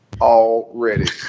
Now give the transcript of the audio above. already